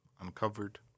Uncovered